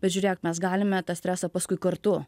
bet žiūrėk mes galime tą stresą paskui kartu